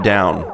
Down